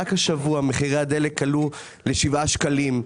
השבוע מחיר הדלק עלה ל-7 שקלים.